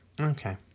Okay